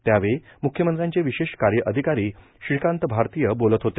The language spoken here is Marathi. त्यावेळी म्ख्यमंत्र्यांचे विशेष कार्य अधिकारी श्रीकांत भारतीय बोलत होते